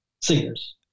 singers